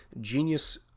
genius